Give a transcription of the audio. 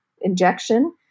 injection